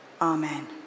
Amen